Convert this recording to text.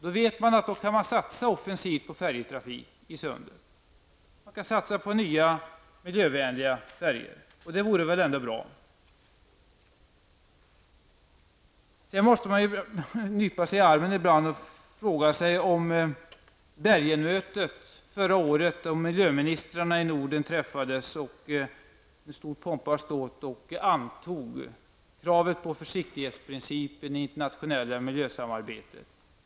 Då vet man att man kan satsa offensivt på färjetrafik i sundet med nya miljövänliga färjor, och det vore väl ändå bra. Man måste ibland nypa sig i armen när man tänker på att miljöministrarna i Norden förra året träffades med stor pompa och ståt vid Bergenmötet och antog kravet på försiktighetsprincipen i det internationella miljösamarbetet.